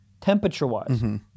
temperature-wise